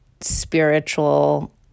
spiritual